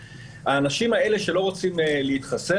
האנשים האלה שלא רוצים להתחסן,